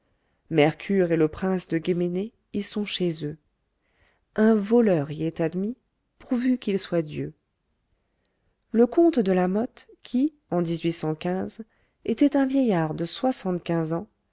mercure et le prince de guéménée y sont chez eux un voleur y est admis pourvu qu'il soit dieu le comte de lamothe qui en était un vieillard de soixante-quinze ans